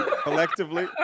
collectively